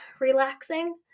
relaxing